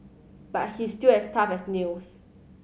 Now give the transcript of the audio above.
but he's still as tough as nails